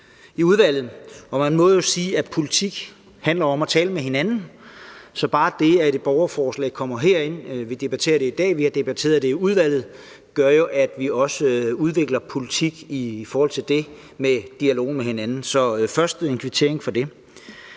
i udvalget. Og man må jo sige, at politik handler om at tale med hinanden, så bare det, at et borgerforslag kommer herind, så vi debatterer det i dag og vi har debatteret det i udvalget, gør jo, at vi også udvikler politik i forhold til det i dialog med hinanden. Så først er der en kvittering for det.